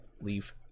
leave